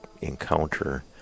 encounter